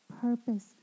purpose